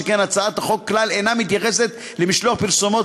שכן הצעת החוק כלל אינה מתייחסת למשלוח פרסומות,